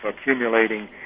accumulating